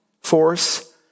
force